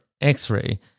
x-ray